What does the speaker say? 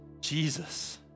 Jesus